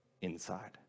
inside